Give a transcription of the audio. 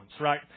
right